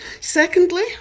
Secondly